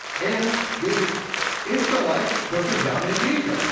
and the ishmeelites took him down into egypt.